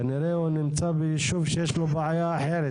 כנראה הוא נמצא ביישוב שיש לו בעיה אחרת,